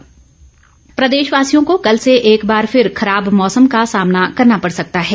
मौसम प्रदेश वासियों को कल से एक बार फिर खराब मौसम का सामना करना पड़ सकता है